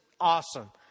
awesome